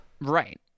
Right